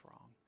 wrong